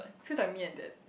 feels like me and that